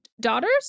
daughters